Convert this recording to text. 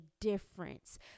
difference